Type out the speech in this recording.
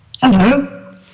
Hello